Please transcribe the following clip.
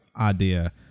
idea